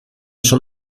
schon